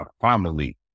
family